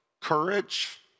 courage